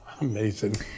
Amazing